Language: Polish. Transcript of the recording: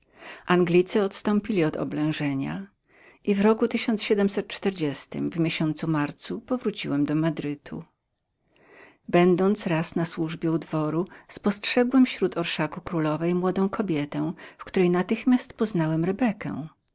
anglicy odstąpili od oblężenia i roku czterdziesty w miesiącu marcu powróciłem do madrytu będąc raz na służbie u dworu spostrzegłem śród orszaku królowej młodą kobietę w której natychmiast poznałem rebekę